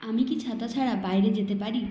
আমি কি ছাতা ছাড়া বাইরে যেতে পারি